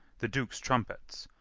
the duke's trumpets!